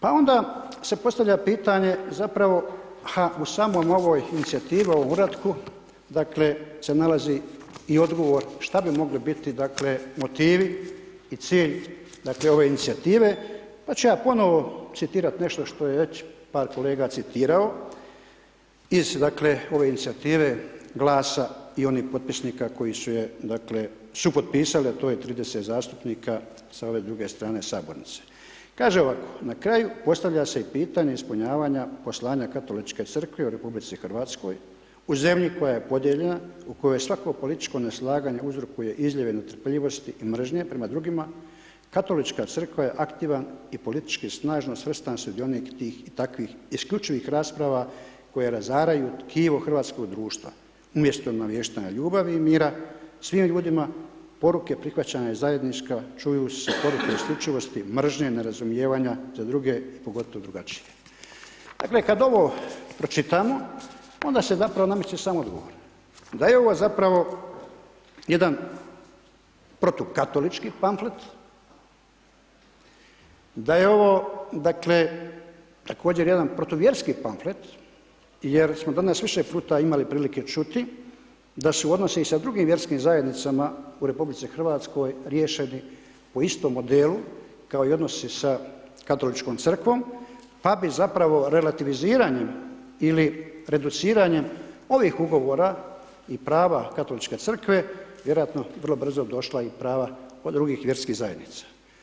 Pa onda se postavlja pitanje zapravo u samoj ovoj inicijativi, u ovom uratku, dakle, se nalazi i odgovor šta bi mogli biti, dakle, motivi i cilj, dakle, ove inicijative, pa ću ja ponovo citirat nešto što je već par kolega citirao iz, dakle, ove inicijative GLAS-a i onih potpisnika koji su je, dakle, supotpisali, a to je 30 zastupnika sa ove druge strane sabornice, kaže ovako: „Na kraju postavlja se i pitanje ispunjavanja poslanja Katoličke crkve u RH, u zemlji koja je podijeljena, u kojoj svako političko neslaganje uzrokuje izljeve netrpeljivosti i mržnje prema drugima, Katolička crkva je aktivan i politički snažno svrstan sudionik tih i takvih isključivih rasprava koje razaraju tkivo hrvatskog društva, umjesto naviještanja ljubavi i mira, svim ljudima poruke prihvaćanja je zajednička, čuju se poruke isključivosti, mržnje, nerazumijevanja za druge i pogotovo drugačije.“ Dakle, kad ovo pročitamo, onda se zapravo nameće sam odgovor, da je ovo zapravo jedan protukatolički pamflet, da je ovo, dakle, također jedan protuvjerski pamflet jer smo danas više puta imali prilike čuti da su odnosi i sa drugim vjerskim zajednicama u RH riješeni po istom modelu kao i odnosi sa Katoličkom crkvom, pa bi zapravo relativiziranjem ili reduciranjem ovih ugovore i prava Katoličke crkve vjerojatno vrlo brzo došla i prava od drugih vjerskih zajednica.